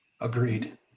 Agreed